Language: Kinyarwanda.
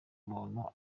ukuntu